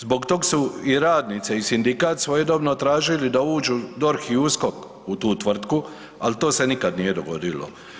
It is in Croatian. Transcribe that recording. Zbog toga su i radnice i sindikat svojedobno tražili da uđu DORH i USKOK u tu tvrtku, al to se nikad nije dogodilo.